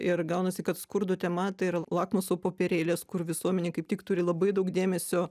ir gaunasi kad skurdo tema tai yra lakmuso popierėlis kur visuomenė kaip tik turi labai daug dėmesio